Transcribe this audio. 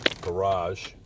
garage